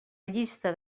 llista